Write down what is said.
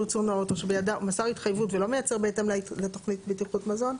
ייצור נאות או שמסר התחייבות ולא מייצר בהתאם לתוכנית בטיחות מזון,